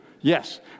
Yes